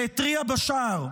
שהתריע בשער,